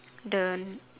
the